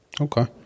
Okay